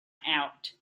out